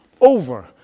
over